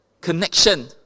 connection